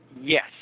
Yes